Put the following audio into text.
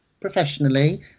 professionally